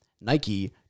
Nike